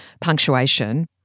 punctuation